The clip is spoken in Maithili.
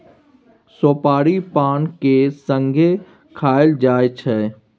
सोपारी पान केर संगे खाएल जाइ छै